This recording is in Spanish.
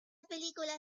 película